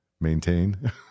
maintain